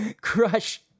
Crush